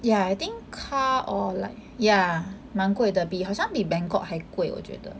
ya I think car or like ya 蛮贵的比好像比 Bangkok 还贵我觉得